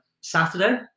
Saturday